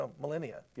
millennia